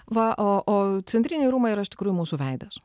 va o o centriniai rūmai yra iš tikrųjų mūsų veidas